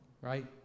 right